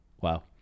Wow